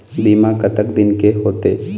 बीमा कतक दिन के होते?